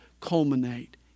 culminate